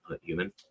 human